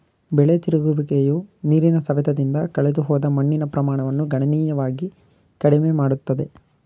ಬೆಳೆ ತಿರುಗುವಿಕೆಯು ನೀರಿನ ಸವೆತದಿಂದ ಕಳೆದುಹೋದ ಮಣ್ಣಿನ ಪ್ರಮಾಣವನ್ನು ಗಣನೀಯವಾಗಿ ಕಡಿಮೆ ಮಾಡುತ್ತದೆ